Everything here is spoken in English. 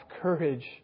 courage